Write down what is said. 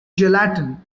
gelatin